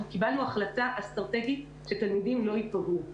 אנחנו קיבלנו החלטה אסטרטגית שתלמידים לא ייפגעו.